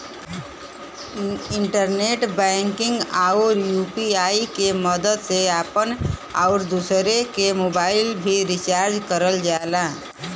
internet banking आउर UPI के मदद से आपन आउर दूसरे क मोबाइल भी रिचार्ज करल जाला